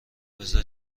بذار